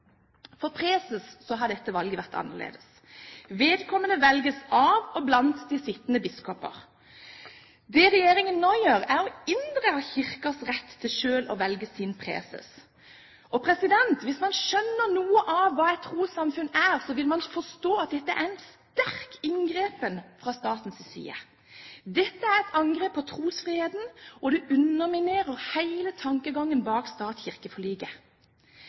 har dette valget vært annerledes. Vedkommende velges av og blant de sittende biskoper. Det regjeringen nå gjør, er å inndra Kirkens rett til selv å velge sin preses. Og hvis man skjønner noe av hva et trossamfunn er, vil man forstå at dette er en sterk inngripen fra statens side. Dette er et angrep på trosfriheten, og det underminerer hele tankegangen bak